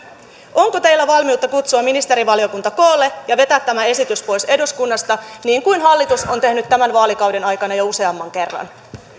onko teillä valmiutta kutsua ministerivaliokunta koolle ja vetää tämä esitys pois eduskunnasta niin kuin hallitus on tehnyt tämän vaalikauden aikana jo useamman kerran